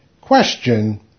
Question